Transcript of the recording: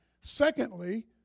Secondly